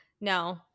no